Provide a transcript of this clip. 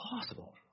impossible